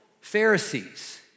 Pharisees